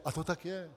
A to tak je.